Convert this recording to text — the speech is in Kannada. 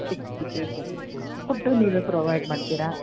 ಫುಡ್ಡೂ ನೀವೇ ಪ್ರೊವೈಡ್ ಮಾಡ್ತೀರಾ